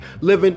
living